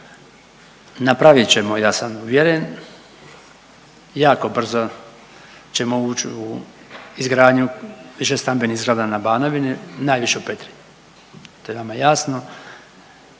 Napravit ćemo ja sam uvjeren, jako brzo ćemo uć u izgradnju višestambenih zgrada na Banovini, najviše u Petrinji, to je nama jasno.